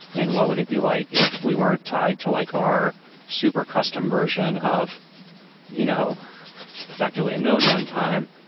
and what would it be like if we weren't tied to like our super custom version of you know effectively a node runtime,